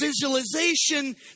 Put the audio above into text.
visualization